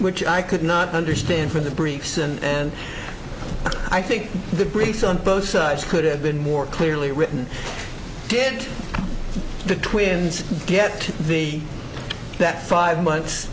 which i could not understand for the briefs and i think the briefs on both sides could have been more clearly written did the twins get to the that five months